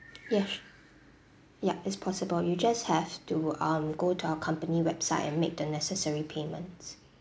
yes sh~ yup that's possible you just have to um go to our company website and make the necessary payments